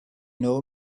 know